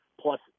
plus